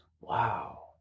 Wow